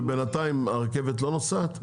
ובינתיים הרכבת לא נוסעת?